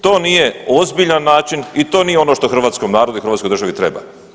To nije ozbiljan način i to je ono što hrvatskom narodu i Hrvatskoj državi treba.